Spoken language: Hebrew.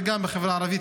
וגם בחברה הערבית,